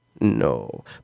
No